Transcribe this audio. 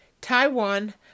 Taiwan